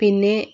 പിന്നെ